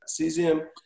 cesium